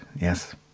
Yes